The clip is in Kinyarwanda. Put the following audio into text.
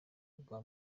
bwa